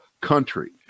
country